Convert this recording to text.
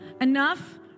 enough